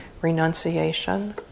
renunciation